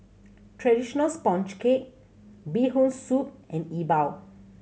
traditional sponge cake Bee Hoon Soup and E Bua